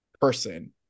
person